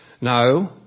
No